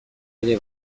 ere